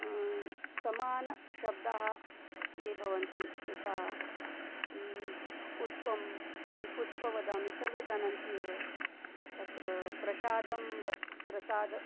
समानशब्दाः ये भवन्ति यथा पुष्पं तर्हि पुष्प वदामि सर्वे जानन्ति एव तत्र प्रसादं व प्रसाद